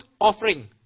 offering